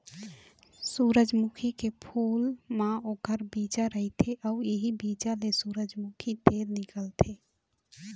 सूरजमुखी के फूल म ओखर बीजा रहिथे अउ इहीं बीजा ले सूरजमूखी तेल निकलथे